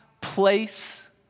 place